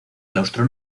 claustro